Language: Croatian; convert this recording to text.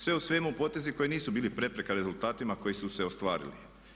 Sve u svemu potezi koji nisu bili prepreka rezultatima koji su se ostvarili.